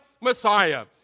Messiah